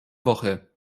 woche